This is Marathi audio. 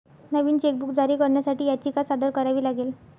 नवीन चेकबुक जारी करण्यासाठी याचिका सादर करावी लागेल